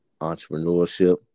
entrepreneurship